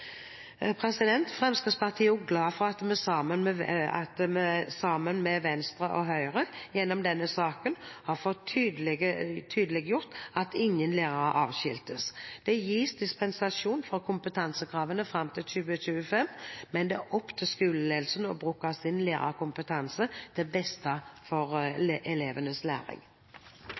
Fremskrittspartiet er også glad for at vi – sammen med Venstre og Høyre – gjennom denne saken har fått tydeliggjort at ingen lærere avskiltes. Det gis dispensasjon fra kompetansekravene fram til 2025, men det er opp til skoleledelsen å bruke sin lærerkompetanse til beste for elevenes læring.